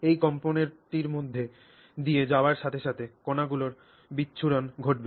এই কম্পনটি এর মধ্য দিয়ে যাওয়ার সাথে সাথে কণাগুলির বিচ্ছুরণ ঘটবে